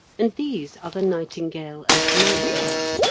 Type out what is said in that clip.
and these are the nightingale and nightjar.